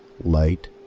light